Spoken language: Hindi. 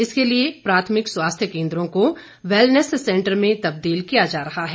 इसके लिए प्राथमिक स्वास्थ्य केंद्रों को वैलनेस सेंटर में तबदील किया जा रहा है